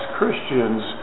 Christians